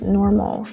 normal